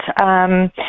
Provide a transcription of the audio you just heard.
Yes